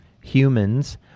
Humans